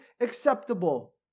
acceptable